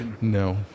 No